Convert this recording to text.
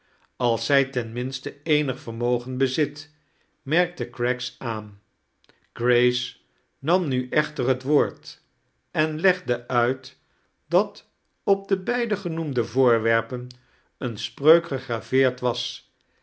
als zij ten minste eenig vermogen bezit metrkte craggs aan grace nam nu echter het woord en legde uit dat op de beide genoemde voorwerpen een spreuk gegraveerd was